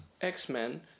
X-Men